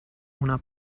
una